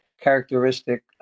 characteristic